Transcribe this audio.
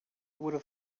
would